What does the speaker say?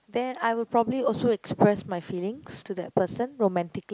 then I would probably also express my feelings to that person romantically